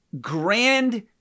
grand